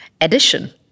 addition